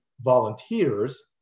volunteers